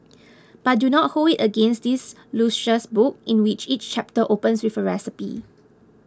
but do not hold it against this luscious book in which each chapter opens with a recipe